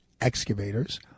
excavators